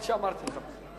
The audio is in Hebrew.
חבל שאמרתי לך.